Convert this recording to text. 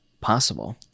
possible